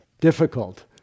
difficult